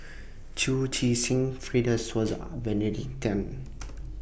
Chu Chee Seng Fred De Souza Benedict Tan